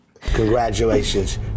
Congratulations